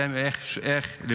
אין להם איך לבנות,